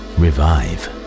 revive